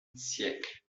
siècle